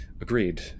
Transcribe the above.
Agreed